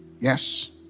Yes